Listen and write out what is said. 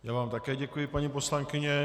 Já vám také děkuji, paní poslankyně.